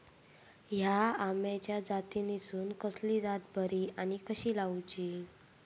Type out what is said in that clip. हया आम्याच्या जातीनिसून कसली जात बरी आनी कशी लाऊची?